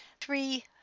Three